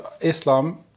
Islam